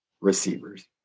receivers